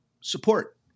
support